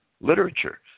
literature